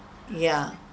yeah